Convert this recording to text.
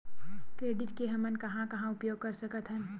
Credit के हमन कहां कहा उपयोग कर सकत हन?